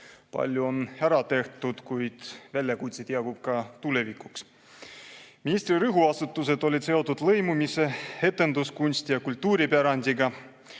Palju on ära tehtud, kuid väljakutseid jagub ka tulevikuks. Ministri rõhuasetus oli seotud lõimumise, etenduskunsti ja kultuuripärandiga.